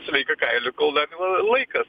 sveiką kailį kol dar laikas